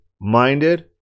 minded